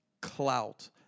clout